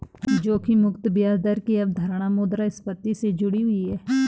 जोखिम मुक्त ब्याज दर की अवधारणा मुद्रास्फति से जुड़ी हुई है